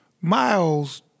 Miles